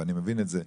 ואני מבין את זה,